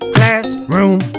Classroom